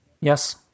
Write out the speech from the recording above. yes